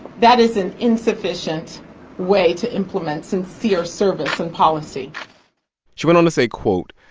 that is an insufficient way to implement sincere service and policy she went on to say, quote,